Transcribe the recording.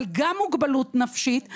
אבל גם מוגבלות נפשית,